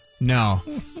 No